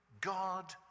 God